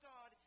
God